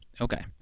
Okay